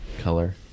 color